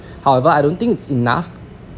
however I don't think it's enough